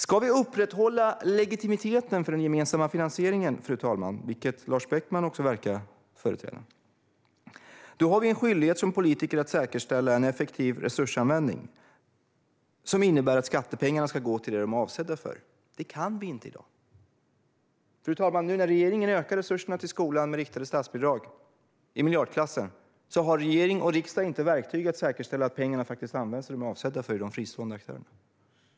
Ska vi upprätthålla legitimiteten för den gemensamma finansieringen, vilket också Lars Beckman verkar förespråka, har vi en skyldighet som politiker att säkerställa en effektiv resursanvändning som innebär att skattepengarna ska gå till det de är avsedda för. Det kan vi inte i dag. Fru talman! Nu när regeringen ökar resurserna till skolan med riktade statsbidrag i miljardklassen har regering och riksdag inte verktyg att säkerställa att pengarna faktiskt används till det de avsedda för hos de fristående aktörerna.